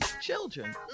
children